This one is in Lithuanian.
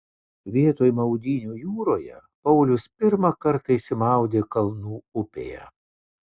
vietoj maudynių jūroje paulius pirmą kartą išsimaudė kalnų upėje